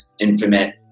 infinite